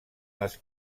les